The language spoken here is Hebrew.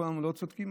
או כולנו לא צודקים,